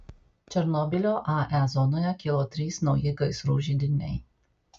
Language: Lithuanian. černobylio ae zonoje kilo trys nauji gaisrų židiniai